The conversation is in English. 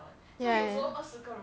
mm